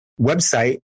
website